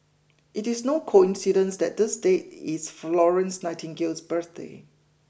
it is no coincidence that this date is Florence Nightingale's birthday